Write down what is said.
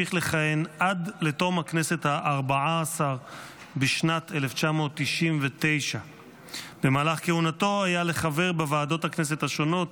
והמשיך לכהן עד לתום הכנסת הארבע- עשרה בשנת 1999. במהלך כהונתו היה לחבר בוועדות הכנסת השונות,